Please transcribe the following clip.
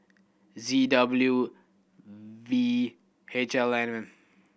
Z W V H L N